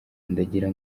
ndagira